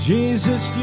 Jesus